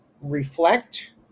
Reflect